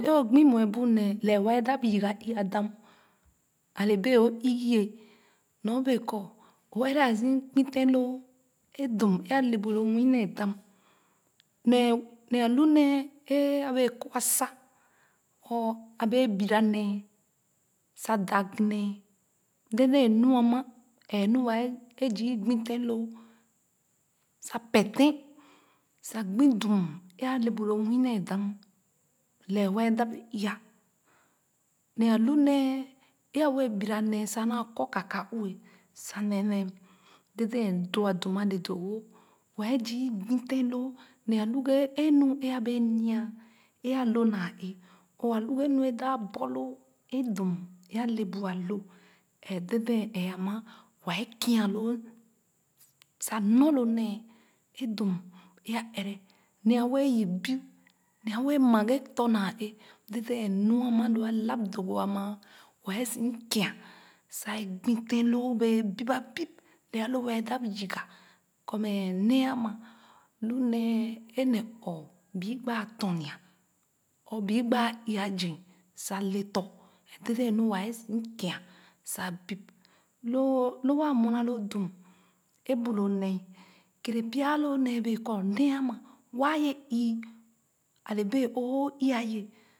Le o gbi mue bu nee le wɛɛ dap yiga iya dam, a le bee o ii-ye nyo bee kɔ o ɛrɛ a zii gbi tèn loo è dum è a le bu lo nwii nee dam, nee ne a lu nee a bee kɔ a sa or à bee bira nee sa dag nee dèdèn nu ama ɛɛ nu wa è zii gbi tèn loo sa pee tèn sa gbi dum, é a le bu lo nwii nee dam lɛ wɛɛ y dam ii ya ne a lu nee e a wɛɛ bira nee sa a naa kɔ kaue sa ne nee dèdèn do ah dum a le doo-wo wɛɛ zii gbu tèn loo ne alu ghe é nu è a wɛɛ bira nee sa a naa kɔ kaue sa ne nee dèdèn do ah dum ale doo-wo wee zii gbi tèn loo ne a lu ghe e nue nu è a bee nya ē alo naa ē or a nue ghe nu e dap aborlo ē dum d a ne bu a lo e dèdèn e ama wɛɛ kia loo sa nɔr loo nee ē drum e a ɛrɛ nee a wɛɛ yip biu nee a wɛɛ ma ghe tɔ̃ naa e dèdèn nu a ma lo a lap dogo ama wɛɛ ziu kia sa ye igbu tèn loo bee bip, a bip lɛɛ a lo wɛɛ dap yiga kɔ mɛ nee ama lu nee e ne ɔɔ bii gba tɔn nya or bii gba ii ya zii sa le tɔ̃ mɛ dèdèn nu wɛɛ m kia sa bip loo lo wa mue na lo dum e ̄bu lo nee keerɛ pya a lo nee bee kɔ nee ama wa wɛɛ ii a le bee òò ii-ye.